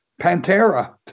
Pantera